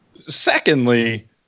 Secondly